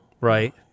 right